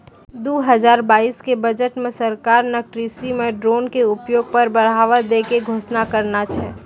दू हजार बाइस के बजट मॅ सरकार नॅ कृषि मॅ ड्रोन के उपयोग पर बढ़ावा दै के घोषणा करनॅ छै